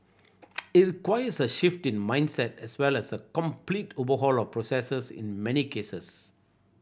it requires a shift in mindset as well as a complete overhaul of processes in many cases